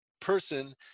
person